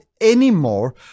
anymore